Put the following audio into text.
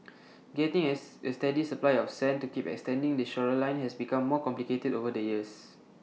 getting as A steady supply of sand to keep extending the shoreline has become more complicated over the years